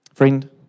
Friend